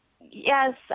Yes